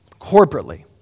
corporately